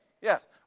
Yes